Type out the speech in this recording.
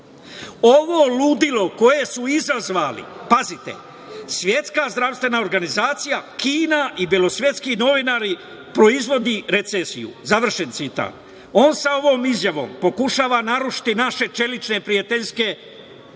ovo ludilo koje su izazvali, pazite, Svetska zdravstvena organizacija, Kina i belosvetski novinari proizvodi recesiju, završen citat. On sa ovom izjavom pokušava narušiti naše čelične prijateljske odnose